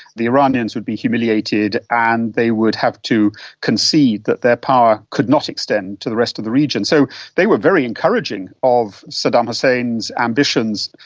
the iranians would be humiliated and they would have to concede that their power could not extend to the rest of the region. so they were very encouraging of saddam hussein's ambitions,